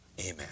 Amen